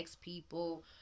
people